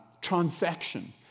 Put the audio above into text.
transaction